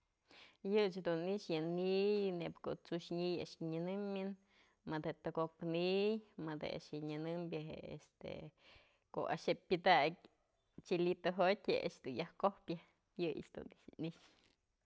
Yë ëch dun nyxë yë ni'iy, neyb ko'o tsu'ux ni'iy a'ax nyënëmyën madë je'e tëko'ok ni'iy, mëdë a'ax je'e nyënëmbyë je'e este ko'o a'ax je' pyadak chilito jotyë je'e a'ax dun yaj kojpyë yëyëch dun i'ixë.